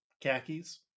khakis